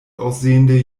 aussehende